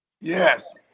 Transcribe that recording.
Yes